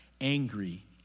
angry